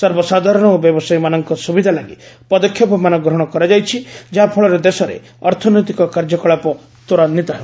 ସର୍ବସାଧାରଣ ଓ ବ୍ୟବସାୟୀମାନଙ୍କ ସୁବିଧା ଲାଗି ପଦକ୍ଷେପମାନ ଗ୍ରହଣ କରାଯାଇଛି ଯାହାଫଳରେ ଦେଶରେ ଅର୍ଥନୈତିକ କାର୍ଯ୍ୟକଳାପ ତ୍ୱରାନ୍ୱିତ ହେବ